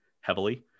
heavily